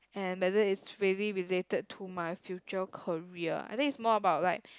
and whether is really related to my future career I think it's more about like